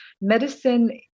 Medicine